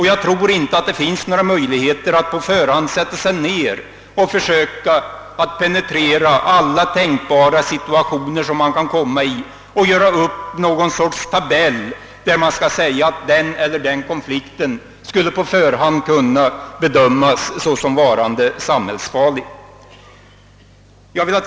Jag tror inte att det finns några möjligheter att på förhand försöka penetrera alla tänkbara situationer som kan uppstå och att göra upp någon form av tabell, som anger i vad mån olika typer av konflikter skulle kunna bedömas såsom varande samhällsfarliga. Herr talman!